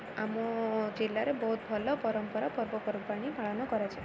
ଆମ ଜିଲ୍ଲାରେ ବହୁତ ଭଲ ପରମ୍ପରା ପର୍ବପର୍ବାଣୀ ପାଳନ କରାଯାଏ